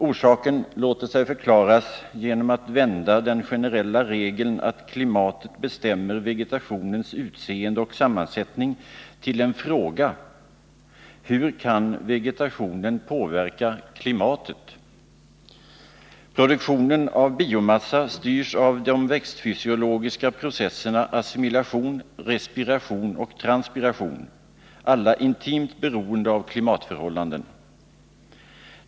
Orsaken låter sig förklaras genom att man vänder den generella regeln att klimatet bestämmer vegetationens utseende och sammansättning till en fråga: Hur kan vegetationen påverka klimatet? Produktionen av biomassa styrs av de växtfysiologiska processerna assimilation, respiration och transpiration — alla intimt beroende av klimatförhållandena.